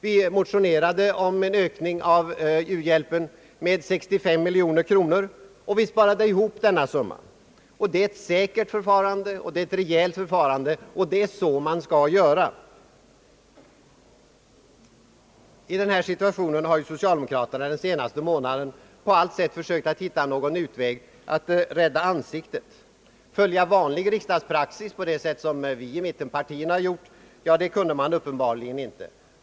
Vi motionerade om en ökning av u-hjälpen med 65 miljoner kronor, och vi sparade ihop denna summa. Det är ett säkert och rejält förfarande, och det är så man skall göra. I den uppkomna situationen har socialdemokraterna den senaste månaden på allt sätt sökt finna en utväg att rädda ansiktet. Följa vanlig riksdagspraxis på det sätt som vi i mittenpartierna har gjort kunde man uppenbarligen inte.